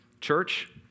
Church